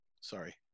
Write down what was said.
Sorry